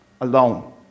alone